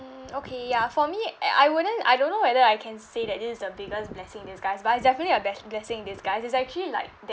mm okay ya for me eh I wouldn't I don't know whether I can say that this is the biggest blessing disguise but it's definitely a ble~ blessing in disguise is actually like